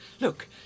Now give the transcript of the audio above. Look